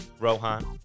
Rohan